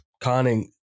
conning